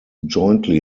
jointly